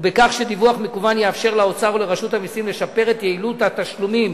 ושדיווח מקוון יאפשר לאוצר ולרשות המסים לשפר את יעילות התשלומים